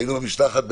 היינו במשלחת בקנדה.